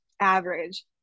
average